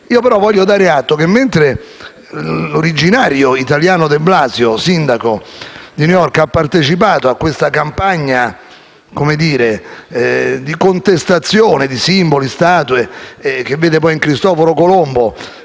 Io, però, voglio dare atto del fatto che, mentre l'originario italiano de Blasio, sindaco di New York, ha partecipato a questa campagna di contestazione di simboli e statue che vedono in Cristoforo Colombo,